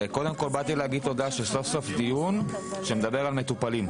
קודם כל באתי להגיד תודה שסוף סוף דיון שמדבר על מטופלים.